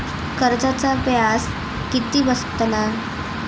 कर्जाचा व्याज किती बसतला?